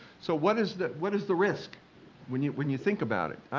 so what is that what is the risk when you when you think about it?